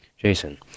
jason